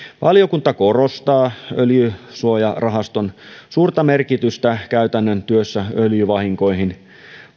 valiokunta korostaa öljysuojarahaston suurta merkitystä käytännön työssä öljyvahinkoihin